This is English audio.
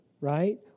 right